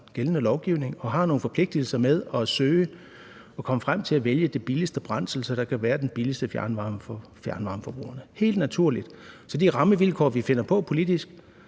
gældende lovgivning. Og de har nogle forpligtelser med at søge og komme frem til at vælge det billigste brændsel, så man kan få den billigste fjernvarme for fjernvarmeforbrugerne – helt naturligt. Så det handler om de rammevilkår, vi finder på politisk,